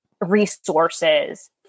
resources